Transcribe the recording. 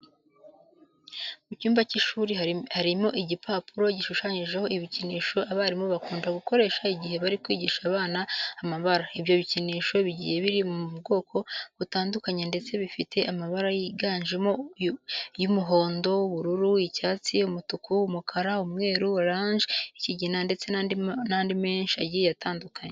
Mu cyumba cy'ishuri hari igipapuro gishushanyijeho ibikinisho abarimu bakunda gukoresha igihe bari kwigisha abana amabara. Ibyo bikinisho bigiye biri mu bwoko butandukanye ndetse bifite amabara yiganjemo ay'umuhondo, ubururu, icyatsi, umutuku, umukara, umweru, oranje, ikigina ndetse n'andi menshi agiye atandukanye.